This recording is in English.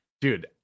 Dude